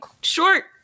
short